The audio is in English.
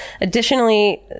Additionally